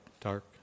dark